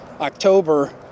October